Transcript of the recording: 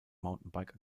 mountainbike